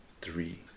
three